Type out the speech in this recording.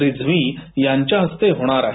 रिझवी यांच्या हस्ते होणार आहे